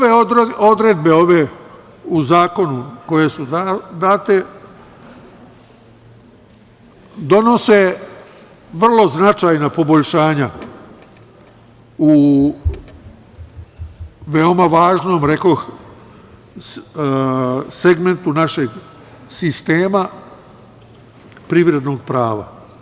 Nove odredbe, ove u zakonu koje su date, donose vrlo značajna poboljšanja u veoma važnom, rekoh, segmentu našeg sistema privrednog prava.